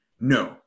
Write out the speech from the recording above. no